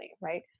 right